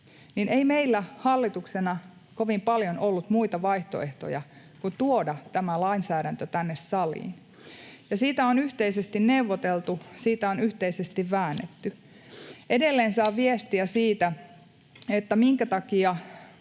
— ei meillä hallituksena kovin paljon ollut muita vaihtoehtoja kuin tuoda tämä lainsäädäntö tänne saliin. Ja siitä on yhteisesti neuvoteltu, siitä on yhteisesti väännetty. Edelleen saan viestiä siitä, minkä takia